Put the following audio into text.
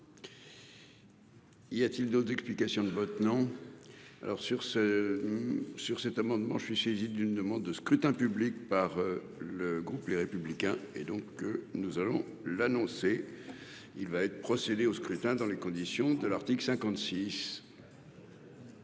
Y a-t-il d'autres explications de vote non. Alors sur ce. Sur cet amendement, je suis saisi d'une demande de scrutin public par le groupe Les Républicains et donc nous allons l'annoncer. Il va être procédé au scrutin dans les conditions de l'article 56. Ça